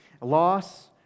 Loss